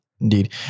indeed